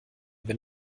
wenn